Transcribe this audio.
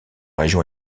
région